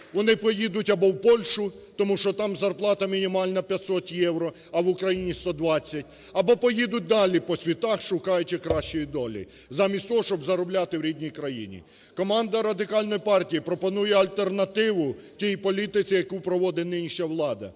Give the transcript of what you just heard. Вони поїдуть або в Польщу, тому що там зарплата мінімальна 500 євро, а в Україні 120. Або поїдуть далі по світах, шукаючи кращої долі, замість того, щоб заробляти в рідній країні. Команда Радикальної партії пропонує альтернативу тій політиці, яку проводить нинішня влада.